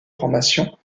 formation